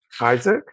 Isaac